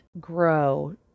grow